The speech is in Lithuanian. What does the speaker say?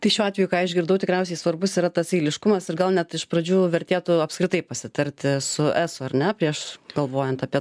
tai šiuo atveju ką išgirdau tikriausiai svarbus yra tas eiliškumas ir gal net iš pradžių vertėtų apskritai pasitarti su eso ar ne prieš galvojant apie